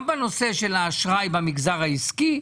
גם בנושא של האשראי במגזר העסקי,